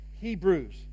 Hebrews